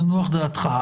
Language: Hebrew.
תנוח דעתך.